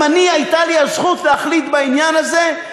אם הייתה לי הזכות להחליט בעניין הזה,